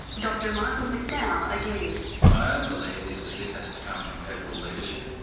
dr michael mcdowell again. my own belief is that this has to come from federal leadership.